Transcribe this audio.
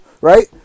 right